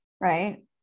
Right